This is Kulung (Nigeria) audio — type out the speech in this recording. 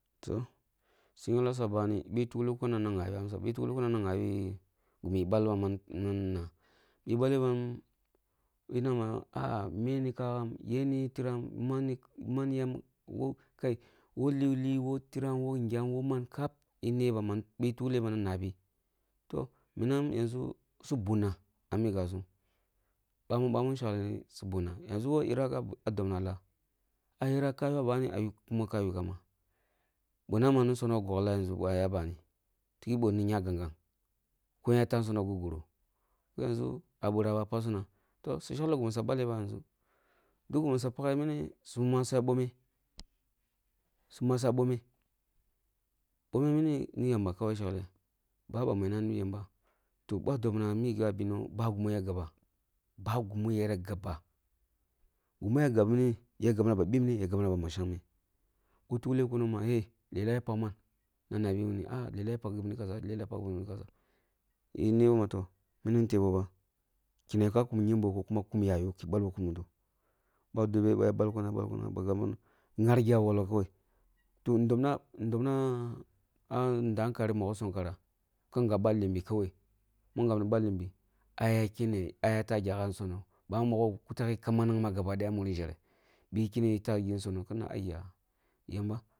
Toh, su yingla sum a’bani bi tuklu kunam kin nghabi ansa, bu tuklu kunam na nghabi gimi bal-bam na nna bi bale-bam kina bam ma mīni ni ka’am yeh ni tiram, manni yam woo kaì, woo lillu wo tiram wo gyam wo man kap e’nabam ma e’tukle minan kin mabì, toh minam su bunna a’ mi gyasum bwa min shagle wo irag a’ dobna lah, ayera ka ywa bani kuma ka yúkamba boh na ma ni sono gwogla yanzu, boh aya bani tiki boh ni nya ganagan, ko yen tah sono gor-goro, toh yanzu a’bira ba aya pasuna toh su shagle gimi su ɓale yanzu, duk gimi suya ʒa ɓake-mini suma su ya ɓome, suma suya bome, ɓome mini ni yamba kawai ya shagle, ba bwa-mi ya nabi yamba toh a dobna mi gyo a’ bino ba gumi ya gabba babu, gumi yara gabba gumi ya gab-mini ya gabna ba ɓimne ya gab-na ba-shag-meh ɓoh tuklo kuni ma’ he lelah ya pag-man na nabi wini lelah ya pag-gīmi kaza ya pag-kza, bi neboh ma mini ni yeboh ba’ kene ka kum yimgboh ko kuma ka kum yaya’yo ki ɓalbo kun mudoh, bwa dobeh bah balkun, ya balkun, ya balkun ki knar-ghe a wolo kawai to ndobna a ndah-nkari sonkara ki ngeb ɓah līmbi kawai, mun gabni ba limbi a’ya keneh a’ya tah-nsono, ɓah nmogho kutakeh kamina gaba daya a muri nyereh ɓi keneh ya tah geh nsono kinah əyya yamba.